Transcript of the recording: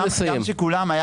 גם של כולם,